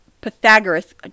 Pythagoras